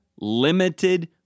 limited